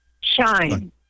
Shine